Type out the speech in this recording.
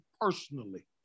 personally